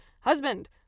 Husband